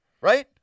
right